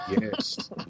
Yes